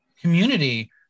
community